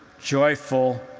joyful,